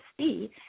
see